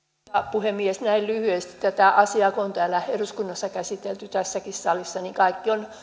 puhemies näin lyhyesti kun tätä asiaa on täällä eduskunnassa käsitelty tässäkin salissa niin kaikki ovat